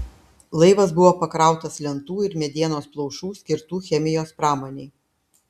laivas buvo pakrautas lentų ir medienos plaušų skirtų chemijos pramonei